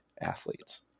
athletes